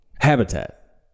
Habitat